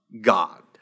God